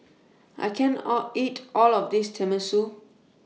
I can't All eat All of This Tenmusu